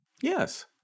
Yes